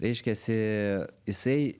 reiškiasi jisai